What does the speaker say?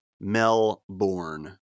Melbourne